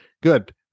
good